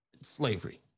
slavery